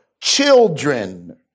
children